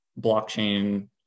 blockchain